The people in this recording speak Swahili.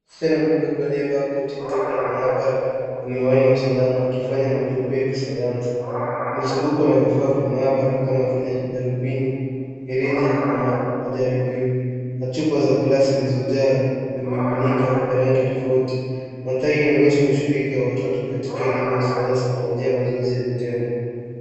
Msichana mdogo aliyevaa koti jeupe la maabara na miwani ya usalama akifanya majaribio ya kisayansi. Mzunguko na vifaa vya maabara kama vile darubini, mirija na majaribio. Machupa za glasi zikizojaa vimiminika vya rangi tofauti. Mandhari inaonyesha ushirika wa watoto katika elimu ya sayansi kwa njia ya mazoezi ya matendo.